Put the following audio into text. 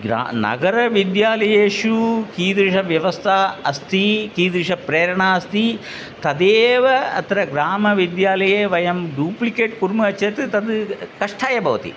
ग्रा नगरविद्यालयेषु कीदृशी व्यवस्था अस्ति कीदृशी प्रेरणा अस्ति तदेव अत्र ग्रामविद्यालये वयं डूप्लिकेट् कुर्मः चेद् तद् कष्टाय भवति